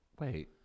Wait